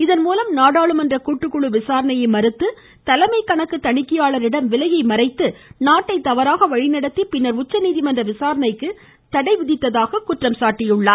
இதன் மூலம் நாடாளுமன்ற கூட்டுக்குழு விசாரணையை மறுத்து தலைமை கணக்கு தணிக்கையாளரிடம் விலையை மறைத்து நாட்டை தவறாக வழிநடத்தி பின்னர் உச்சநீதிமன்ற விசாரணைக்கு தடை விதித்ததாக குற்றம் சாட்டியுள்ளார்